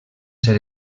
ser